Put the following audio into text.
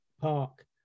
Park